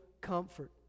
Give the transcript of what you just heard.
comfort